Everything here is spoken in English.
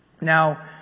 Now